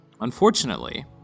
Unfortunately